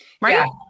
Right